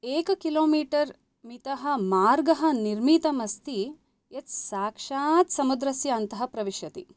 एक किलोमीटर् मित मार्ग निर्मितमस्ति यत् साक्षात् समुद्रस्य अन्त प्रविशति